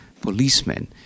Policemen